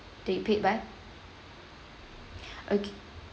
that you paid by okay